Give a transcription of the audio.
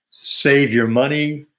save your money.